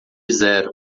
zero